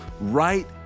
right